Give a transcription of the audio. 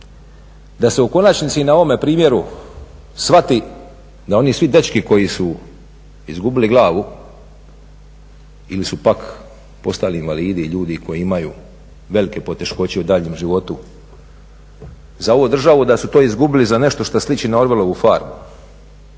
da se u konačnici i na ovome primjeru shvati da oni svi dečki koji su izgubili glavu ili su pak postali invalidi i ljudi koji imaju velike poteškoće u daljnjem životu za ovu državu da su to izgubili za nešto što sliči na Orwelovu farmu